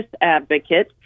advocate